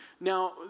Now